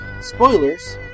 Spoilers